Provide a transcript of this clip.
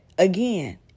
Again